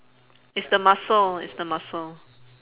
it's the mussel it's the mussel